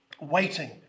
waiting